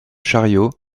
chariot